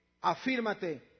afírmate